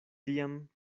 tiam